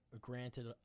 granted